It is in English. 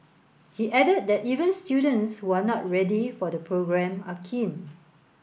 he added that even students who are not ready for the programme are keen